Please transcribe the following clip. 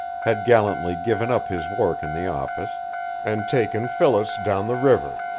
had gallantly given up his work in the office and taken phyllis down the river.